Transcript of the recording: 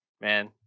man